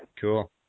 cool